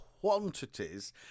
quantities